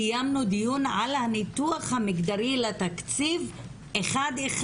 קיימנו דיון על הניתוח המגדרי לתקציב אחד אחד.